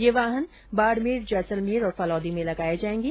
ये वाहन बाड़मेर जैसलमेर और फलौदी में लगाये जायेंगे